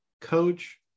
coach